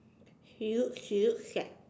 she looks she looks sad